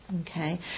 Okay